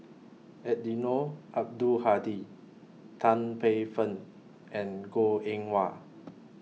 Eddino Abdul Hadi Tan Paey Fern and Goh Eng Wah